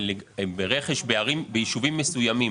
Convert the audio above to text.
רכש ביישובים מסוימים,